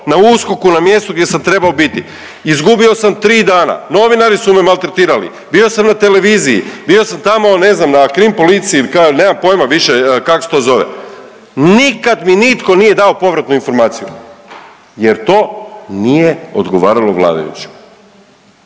na USKOK-u na mjestu gdje sam trebao biti. Izgubio sam 3 dana, novinari su me maltretirali, bio sam na televiziji, bio sam tamo, ne znam, na krim policiji, .../nerazumljivo/... nemam pojma više kak se to zove. Nikad mi nitko nije dao povratnu informaciju jer to nije odgovaralo vladajućima.